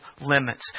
limits